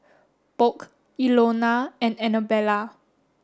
Polk Ilona and Anabella